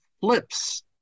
flips